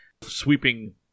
sweeping